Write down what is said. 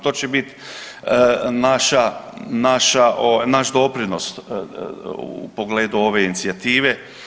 To će biti naša, naša, naš doprinos u pogledu ove inicijative.